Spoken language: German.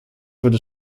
würde